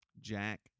Jack